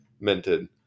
minted